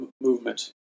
movement